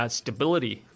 stability